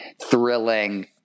thrilling